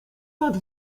nad